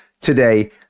today